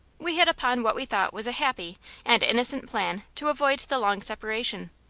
we hit upon what we thought was a happy and innocent plan to avoid the long separation.